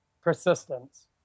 persistence